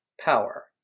power